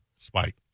Spike